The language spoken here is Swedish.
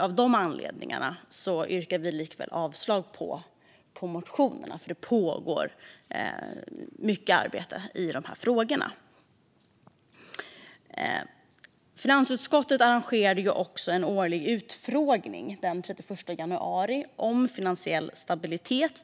Med anledning av att mycket arbete med frågorna pågår yrkar vi avslag på motionerna. Finansutskottet arrangerade den 31 januari en årligt återkommande utfrågning om finansiell stabilitet.